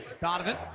Donovan